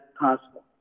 possible